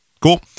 Cool